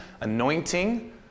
Anointing